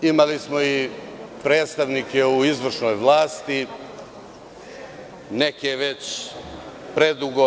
Imali smo i predstavnike u izvršnoj vlasti, a neke već predugo.